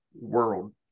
world